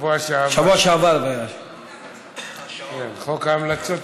שבוע שעבר, חוק ההמלצות,